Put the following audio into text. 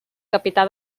capità